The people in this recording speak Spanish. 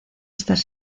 estas